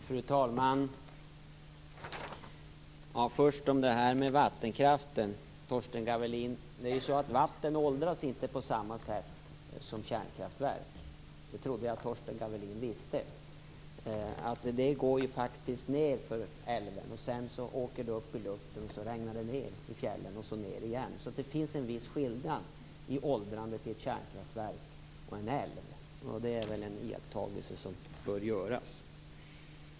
Fru talman! Låt mig först ta det här med vattenkraften. Det är ju så, Torsten Gavelin, att vatten inte åldras på samma sätt som kärnkraftverk. Det trodde jag att Torsten Gavelin visste. Det går nedför älven, sedan åker det upp i luften, sedan regnar det ned i fjällen och så ned i älven igen. Det finns alltså en viss skillnad i åldrandet i ett kärnkraftverk och en älv. Det är väl en iakttagelse som bör göras.